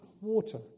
water